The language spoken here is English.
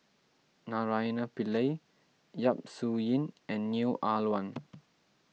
Naraina Pillai Yap Su Yin and Neo Ah Luan